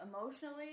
emotionally